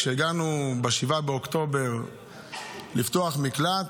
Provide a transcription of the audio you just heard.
כשהגענו ב-7 באוקטובר לפתוח מקלט,